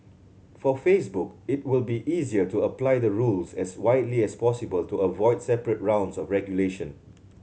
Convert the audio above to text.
for Facebook it will be easier to apply the rules as widely as possible to avoid separate rounds of regulation